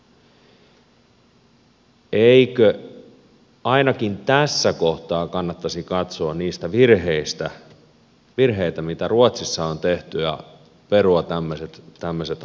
eikö ainakin tässä kohtaa kannattaisi katsoa niitä virheitä mitä ruotsissa on tehty ja perua tämmöiset ajatelmat